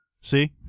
see